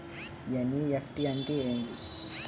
NEFT అంటే ఏమిటి?